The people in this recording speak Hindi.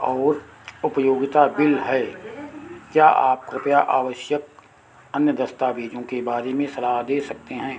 और उपयोगिता बिल है क्या आप कृपया आवश्यक अन्य दस्तावेज़ों के बारे में सलाह दे सकते हैं